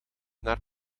naar